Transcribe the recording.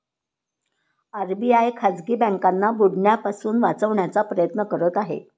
RBI खाजगी बँकांना बुडण्यापासून वाचवण्याचा प्रयत्न करत आहे